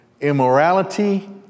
immorality